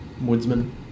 woodsman